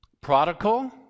Prodigal